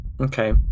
Okay